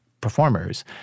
Performers